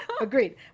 Agreed